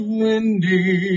windy